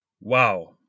Wow